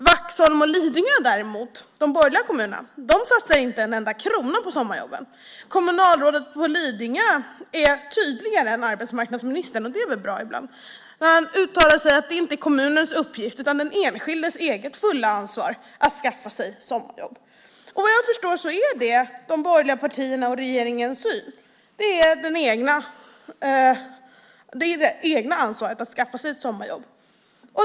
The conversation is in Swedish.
I de borgerliga kommunerna Vaxholm och Lidingö satsar man inte en enda krona på sommarjobben. Kommunalrådet på Lidingö är tydligare än arbetsmarknadsministern - och det är väl bra, ibland - och uttalar att det inte är kommunens uppgift utan den enskildes fulla ansvar att skaffa sig sommarjobb. Vad jag förstår är det här de borgerliga partiernas och regeringens syn. Det är ett eget ansvar att skaffa sig sommarjobb.